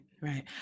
right